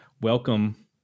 welcome